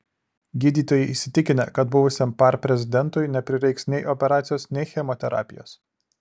gydytojai įsitikinę kad buvusiam par prezidentui neprireiks nei operacijos nei chemoterapijos